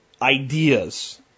ideas